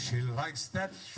she likes that's